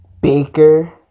Baker